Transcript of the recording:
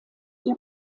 ihr